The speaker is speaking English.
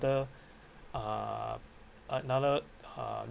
uh another uh